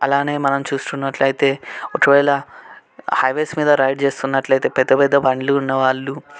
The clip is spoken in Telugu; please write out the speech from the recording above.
అలానే మనం చూసుకున్నట్లైతే ఒకవేళ హైవేస్ మీద రైడ్ చేస్తున్నట్లైతే పెద్ద పెద్ద బండ్లు ఉన్నవాళ్ళు